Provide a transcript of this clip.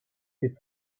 fait